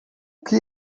que